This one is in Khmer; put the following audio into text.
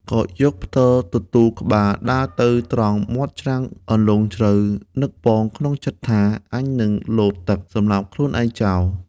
ក៏យកផ្ដិលទទួលក្បាលដើរទៅត្រង់មាត់ច្រាំងអន្លង់ជ្រៅនឹកប៉ងក្នុងចិត្ដថា “អញនឹងលោតទឹក សំលាប់ខ្លួនឯងចោល។